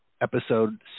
episode